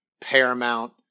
paramount